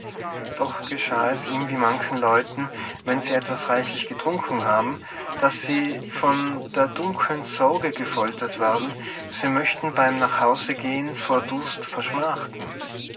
doch geschah es ihm wie manchen leuten wenn sie etwas reichlich getrunken haben daß sie von der dunkeln sorge gefoltert werden sie möchten beim nachhausegehen vor durst verschmachten